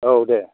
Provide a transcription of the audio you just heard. औ दे